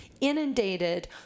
inundated